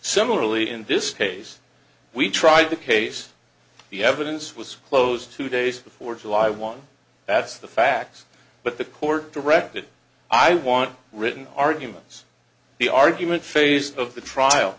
similarly in this case we tried the case the evidence was closed two days before july one that's the facts but the court directed i want written arguments the argument phase of the trial